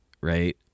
right